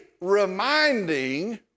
reminding